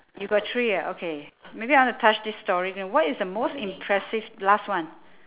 you got three ah okay maybe I want to touch this story now what's the most impressive last one